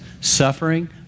Suffering